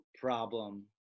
problem